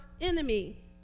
enemy